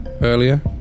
earlier